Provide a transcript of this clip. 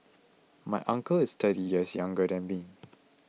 my uncle is thirty years younger than me